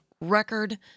record